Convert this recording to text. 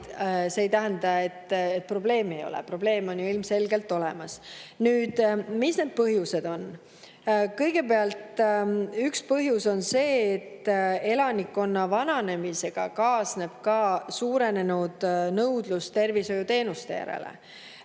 see ei tähenda, et probleemi ei ole, probleem on ju ilmselgelt olemas. Mis on need põhjused? Kõigepealt, üks põhjus on see, et elanikkonna vananemisega kaasneb ka suurenenud nõudlus tervishoiuteenuste järele.